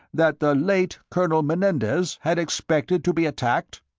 that the late colonel menendez had expected to be attacked?